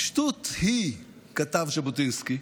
"שטות היא", כתב ז'בוטינסקי,